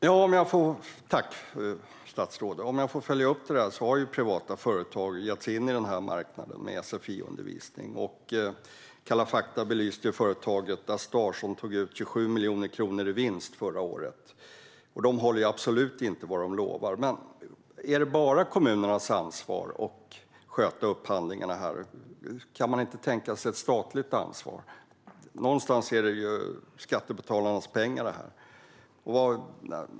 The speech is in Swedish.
Fru talman! Tack, statsrådet! Jag vill följa upp frågan. Privata företag har gett sig in på marknaden med sfi-undervisning. Kalla f akta belyste företaget Astar som tog ut 27 miljoner kronor i vinst förra året. Det håller absolut inte vad det lovar. Är det bara kommunernas ansvar att sköta upphandlingarna? Kan man inte tänka sig ett statligt ansvar? Någonstans är det skattebetalarnas pengar.